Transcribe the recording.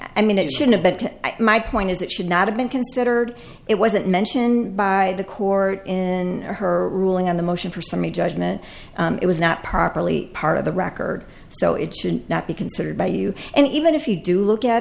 i mean it should have but my point is it should not have been considered it wasn't mentioned by the court in her ruling on the motion for summary judgment it was not properly part of the record so it should not be considered by you and even if you do look at